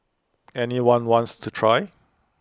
any one wants to try